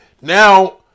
now